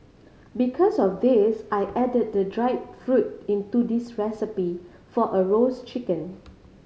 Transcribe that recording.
because of this I added the dried fruit into this recipe for a roast chicken